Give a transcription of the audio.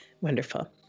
Wonderful